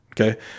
Okay